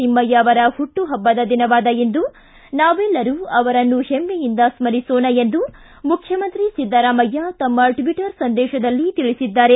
ತಿಮ್ಮಯ್ಯ ಅವರ ಹುಟ್ಟುಹಬ್ಬದ ದಿನವಾದ ಇಂದು ನಾವೆಲ್ಲರೂ ಅವರನ್ನು ಹೆಮ್ಮೆಯಿಂದ ಸ್ಥರಿಸೋಣ ಎಂದು ಮುಖ್ಯಮಂತ್ರಿ ಭದ್ದರಾಮಯ್ಯ ತಮ್ಮ ಟ್ವಟರ್ ಸಂದೇಶದಲ್ಲಿ ತಿಳಿಸಿದ್ದಾರೆ